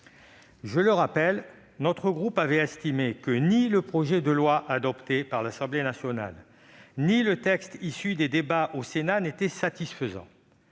Je le rappelle, notre groupe avait estimé que ni le projet de loi adopté par l'Assemblée nationale ni le texte issu des débats au Sénat n'étaient satisfaisants.